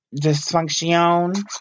dysfunction